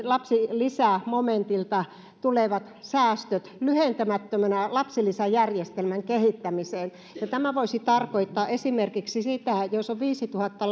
lapsilisämomentilta tulevat säästöt lyhentämättömänä lapsilisäjärjestelmän kehittämiseen tämä voisi tarkoittaa esimerkiksi sitä että jos viisituhatta